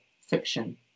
fiction